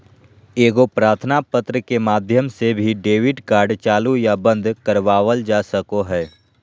एगो प्रार्थना पत्र के माध्यम से भी डेबिट कार्ड चालू या बंद करवावल जा सको हय